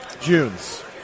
June's